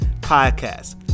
podcast